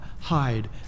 hide